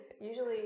usually